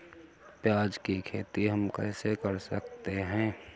प्याज की खेती हम कैसे कर सकते हैं?